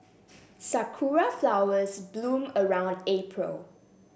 sakura flowers bloom around April